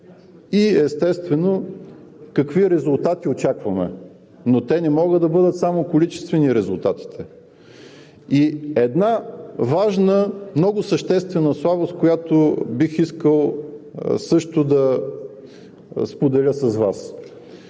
и, естествено, какви резултати очакваме, но резултатите не могат да бъдат само количествени. И една важна много съществена слабост, която бих искал също да споделя с Вас